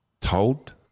told